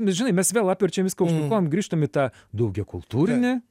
žinai mes vėl apverčiam viską aukštyn kojom grįžtam į tą daugiakultūrinį